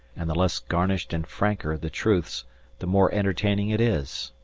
and the less garnished and franker the truths the more entertaining it is.